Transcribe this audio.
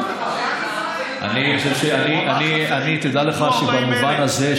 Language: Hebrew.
תדע לך שבמובן הזה,